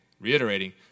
reiterating